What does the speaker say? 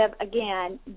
again